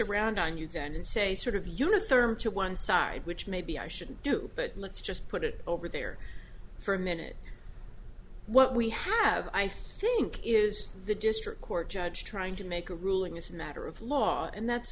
around on you then and say sort of your therm to one side which maybe i should do but let's just put it over there for a minute what we have i think is the district court judge trying to make a ruling as a matter of law and that's